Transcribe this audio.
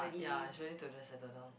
ah ya is really to just settle down